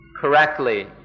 correctly